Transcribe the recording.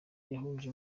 yahuje